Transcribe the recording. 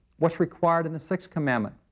what's required in the sixth commandment?